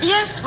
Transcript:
Yes